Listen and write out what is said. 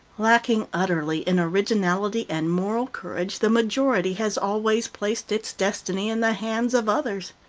lacking utterly in originality and moral courage, the majority has always placed its destiny in the hands of others.